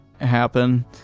happen